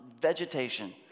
vegetation